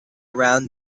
around